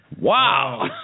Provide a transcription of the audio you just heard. Wow